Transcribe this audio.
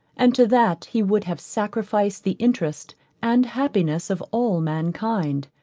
and to that he would have sacrificed the interest and happiness of all mankind.